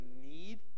need